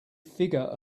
figure